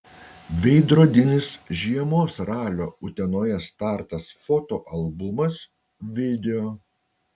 veidrodinis žiemos ralio utenoje startas fotoalbumas video